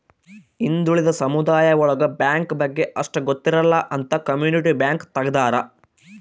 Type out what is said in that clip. ಹಿಂದುಳಿದ ಸಮುದಾಯ ಒಳಗ ಬ್ಯಾಂಕ್ ಬಗ್ಗೆ ಅಷ್ಟ್ ಗೊತ್ತಿರಲ್ಲ ಅಂತ ಕಮ್ಯುನಿಟಿ ಬ್ಯಾಂಕ್ ತಗ್ದಾರ